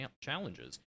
challenges